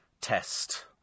test